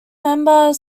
member